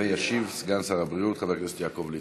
וישיב סגן שר הבריאות חבר הכנסת יעקב ליצמן.